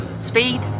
Speed